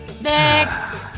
Next